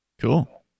Cool